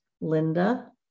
Linda